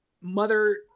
mother